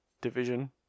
division